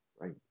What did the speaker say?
Right